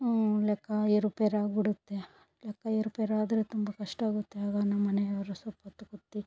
ಲೆಕ್ಕ ಏರುಪೇರಾಗಿಬಿಡುತ್ತೆ ಲೆಕ್ಕ ಏರುಪೇರಾದರೆ ತುಂಬ ಕಷ್ಟ ಆಗುತ್ತೆ ಆಗ ನಮ್ಮಮನೆಯವ್ರು ಸ್ವಲ್ಪೊತ್ತು ಕೂತು